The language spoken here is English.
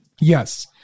Yes